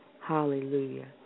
Hallelujah